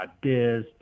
.biz